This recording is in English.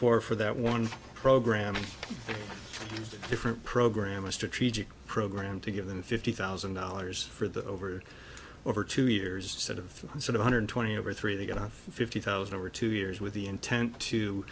for for that one program a different program a strategic program to give them fifty thousand dollars for the over over two years sort of sort of hundred twenty over three they got fifty thousand over two years with the intent to